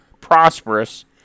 prosperous